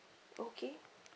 okay